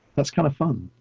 that's kind of fun.